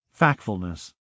Factfulness